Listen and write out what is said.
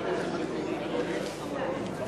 אתה יודע כמה שקיות זה יחסוך כתוצאה מזה, יתכלו?